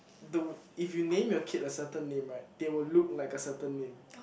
do if you name your kid like certain name right they will look like a certain name